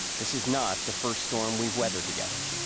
this is not the first storm we've weather together.